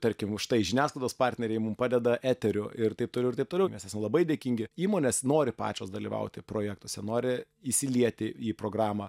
tarkim va štai žiniasklaidos partneriai mum padeda eteriu ir taip toliau ir taip toliau mes esam labai dėkingi įmonės nori pačios dalyvauti projektuose nori įsilieti į programą